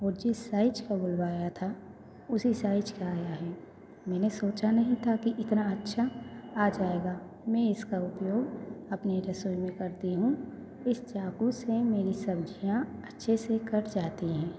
और जिस साइज का बुलवाया था उसी साइज का आया है मैंने सोचा नहीं था कि इतना अच्छा आ जाएगा मैं इसका उपयोग अपनी रसोई में करती हूँ इस चाकू से मेरी सब्ज़ियाँ अच्छे से कट जाती हैं